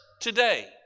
today